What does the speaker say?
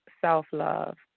Self-Love